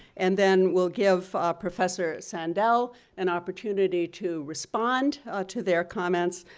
and then we'll give professor sandel an opportunity to respond to their comments.